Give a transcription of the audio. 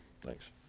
Thanks